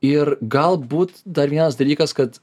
ir galbūt dar vienas dalykas kad